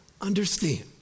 understand